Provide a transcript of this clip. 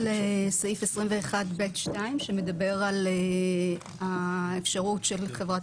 הערה לסעיף 21(ב)(2) שמדבר על האפשרות של חברת